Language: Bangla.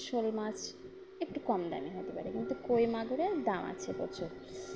শোল মাছ একটু কম দামে হতে পারে কিন্তু কই মাগুরের দাম আছে প্রচুর